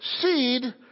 seed